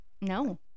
No